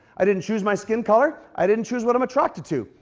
i didn't choose my skin color. i didn't choose what i'm attracted to.